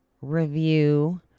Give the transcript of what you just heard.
review